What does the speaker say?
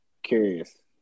curious